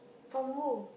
from who